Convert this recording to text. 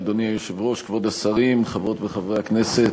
אדוני היושב-ראש, כבוד השרים, חברות וחברי הכנסת,